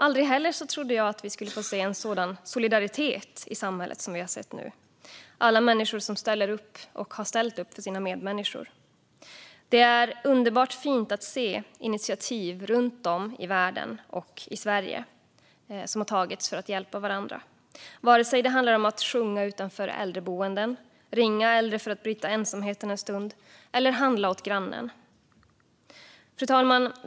Aldrig heller trodde jag att vi skulle få se en sådan solidaritet i samhället som vi har sett nu med alla människor som ställer upp och har ställt upp för sina medmänniskor. Det är underbart fint att se de initiativ som har tagits runt om i världen och i Sverige för att hjälpa varandra, oavsett om det handlar om att sjunga utanför äldreboenden, ringa äldre för att bryta ensamheten en stund eller handla åt grannen. Fru talman!